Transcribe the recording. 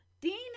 Dean